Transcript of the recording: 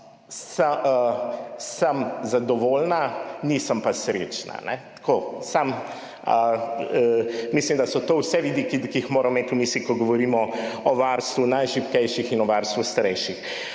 »Sem zadovoljna, nisem pa srečna.« Mislim, da so vse to vidiki, ki jih moramo imeti v mislih, ko govorimo o varstvu najšibkejših in o varstvu starejših.